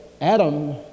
Adam